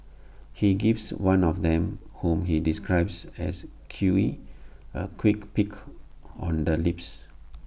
he gives one of them whom he describes as queer A quick peck on the lips